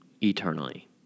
eternally